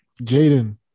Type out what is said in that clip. Jaden